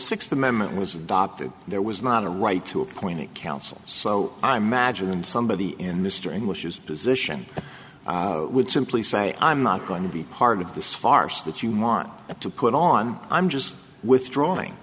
sixth amendment was adopted there was not a right to appoint counsel so i magine and somebody in mr english is position would simply say i'm not going to be part of this farce that you want to put on i'm just withdrawing